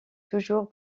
toujours